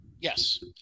Yes